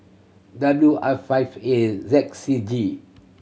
W I Five A Z C G